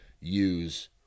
use